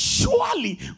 Surely